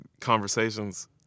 conversations